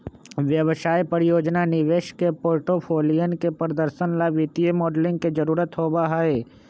व्यवसाय, परियोजना, निवेश के पोर्टफोलियन के प्रदर्शन ला वित्तीय मॉडलिंग के जरुरत होबा हई